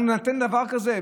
אנחנו ניתן דבר כזה?